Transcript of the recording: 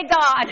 God